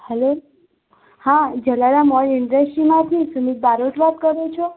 hello હા Jalaram oil ઇન્ડસ્ટ્રીમાંથી સુમિત બારોટ વાત કરો છો